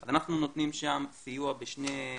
אז שם אנחנו נותנים סיוע בשני ערוצים,